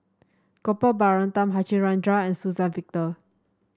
Gopal Baratham Harichandra and Suzann Victor